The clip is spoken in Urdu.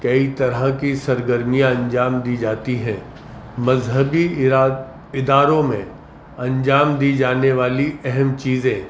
کئی طرح کی سرگرمیاں انجام دی جاتی ہیں مذہبی اراد اداروں میں انجام دی جانے والی اہم چیزیں